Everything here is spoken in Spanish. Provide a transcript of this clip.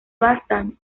basan